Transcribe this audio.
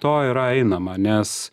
to yra einama nes